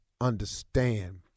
understand